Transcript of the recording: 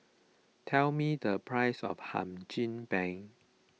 tell me the price of Hum Chim Peng